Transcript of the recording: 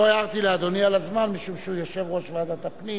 לא הערתי לאדוני על הזמן משום שהוא יושב-ראש ועדת הפנים